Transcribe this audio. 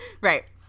Right